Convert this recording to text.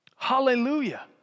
Hallelujah